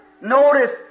Notice